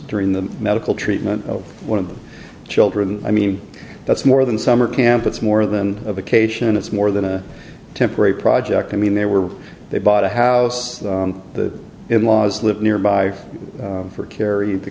during the medical treatment of one of the children i mean that's more than summer camp it's more than a vacation and it's more than a temporary project i mean they were they bought a house the in laws live nearby for kerry the